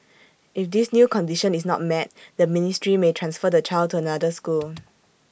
if this new condition is not met the ministry may transfer the child to another school